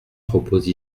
propose